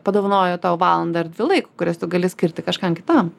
padovanojo tau valandą ar dvi laiko kurias tu gali skirti kažkam kitam